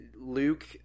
Luke